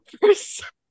first